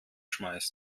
schmeißt